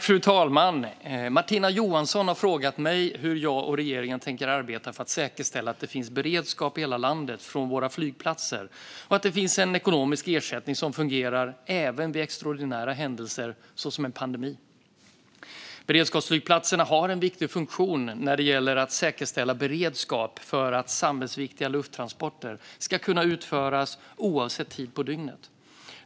Fru talman! Martina Johansson har frågat mig hur jag och regeringen tänker arbeta för att säkerställa att det finns beredskap i hela landet från våra flygplatser och att det finns en ekonomisk ersättning som fungerar även vid extraordinära händelser såsom en pandemi. Beredskapsflygplatserna har en viktig funktion när det gäller att säkerställa beredskap för att samhällsviktiga lufttransporter ska kunna utföras oavsett tid på dygnet.